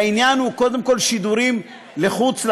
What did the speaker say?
העניין הוא קודם כול שידורים לחוץ-לארץ,